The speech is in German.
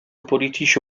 politische